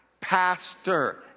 pastor